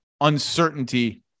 uncertainty